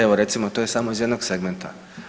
Evo recimo to je samo iz jednog segmenta.